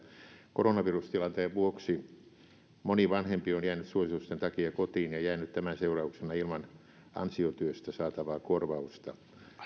koronavirustilanteen vuoksi moni vanhempi on jäänyt suositusten takia kotiin ja jäänyt tämän seurauksena ilman ansiotyöstä saatavaa korvausta